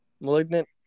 Malignant